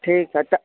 ठीकु आहे त